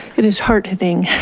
it is hard hitting.